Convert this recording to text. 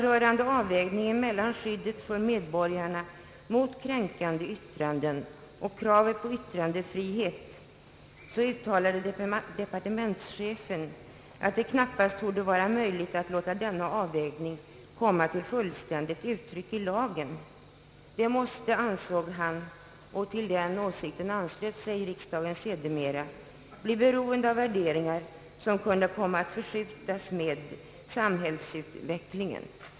Rörande avvägningen mellan skyddet för medborgarna mot kränkande yttranden och kravet på yttrandefrihet uttalade departemenischefen att det knappast torde vara möjligt att låta denna avvägning komma till fullständigt uttryck i lagen. Det måste, ansåg han — och till den åsikten anslöt sig riksdagen sedermera — bli beroende av värderingar som kunde komma att förskjutas med samhällsutvecklingen.